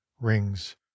rings